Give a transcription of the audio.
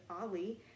Ollie